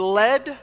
led